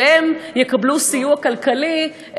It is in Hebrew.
והם יקבלו סיוע כלכלי,